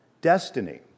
destiny